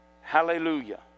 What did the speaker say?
Hallelujah